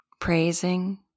praising